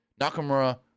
Nakamura